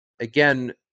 again